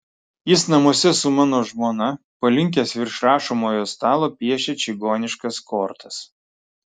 jis namuose su mano žmona palinkęs virš rašomojo stalo piešia čigoniškas kortas